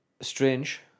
strange